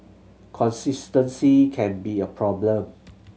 consistency can be a problem